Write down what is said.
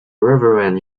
reverend